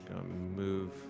Move